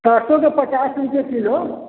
सस्तेमे पचास रूपए किलो